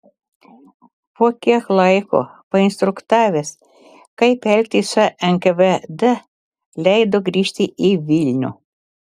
po kiek laiko painstruktavęs kaip elgtis su nkvd leido grįžti į vilnių